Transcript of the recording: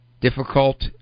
Difficult